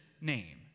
name